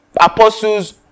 apostles